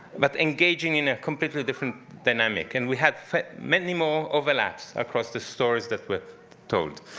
but engaging in a completely different dynamic. and we had many more overlaps across the stories that were told.